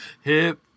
Hip